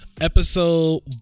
episode